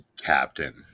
captain